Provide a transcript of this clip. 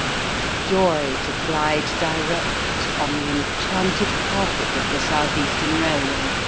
what joy to glide direct, on the enchanted carpet of the south-eastern railway,